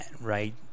Right